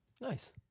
nice